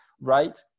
right